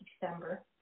December